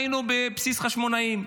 היינו בבסיס חשמונאים.